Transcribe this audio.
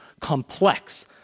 complex